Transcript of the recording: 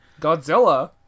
Godzilla